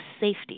safety